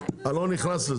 אני לא נכנס לזה.